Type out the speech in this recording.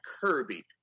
Kirby